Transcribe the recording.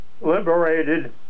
liberated